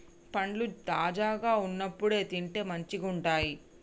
పండ్లు తాజాగా వున్నప్పుడే తింటే మంచిగుంటయ్